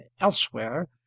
elsewhere